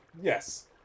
Yes